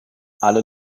alle